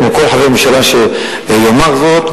כמו כל חבר ממשלה שיאמר זאת,